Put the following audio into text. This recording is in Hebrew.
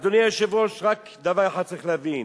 אדוני היושב-ראש, רק דבר אחד צריך להבין.